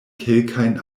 kelkajn